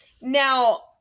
Now